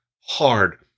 hard